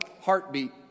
heartbeat